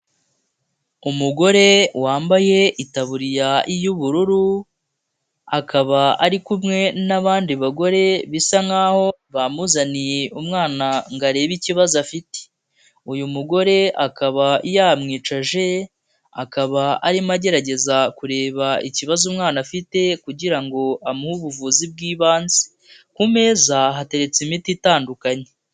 Umugore wambaye itaburiya y'ubururu akaba ari kumwe n'abandi bagore bisa nk'aho bamuzaniye umwana ngo arebe ikibazo afite, uyu mugore akaba yamwicaje, akaba arimo agerageza kureba ikibazo umwana afite kugira ngo amuhe ubuvuzi bw'ibanze, ku meza hateretse imiti itandukanye.